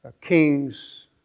Kings